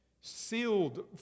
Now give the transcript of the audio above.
Sealed